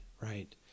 Right